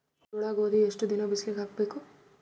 ಜೋಳ ಗೋಧಿ ಎಷ್ಟ ದಿನ ಬಿಸಿಲಿಗೆ ಹಾಕ್ಬೇಕು?